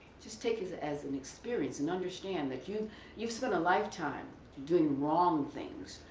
just take it as an experience and understand that you've you've spent a lifetime doing wrong things.